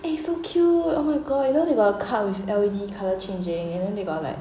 eh so cute oh my god you know they got a card with L_E_D colour changing and then they got like